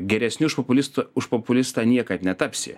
geresniu už populistų už populistą niekad netapsi